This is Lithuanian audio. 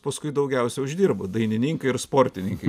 paskui daugiausia uždirba dainininkai ir sportininkai